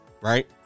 right